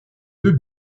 deux